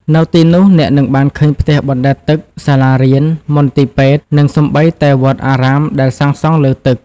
នៅទីនោះអ្នកនឹងបានឃើញផ្ទះបណ្តែតទឹក សាលារៀន មន្ទីរពេទ្យ និងសូម្បីតែវត្តអារាមដែលសាងសង់លើទឹក។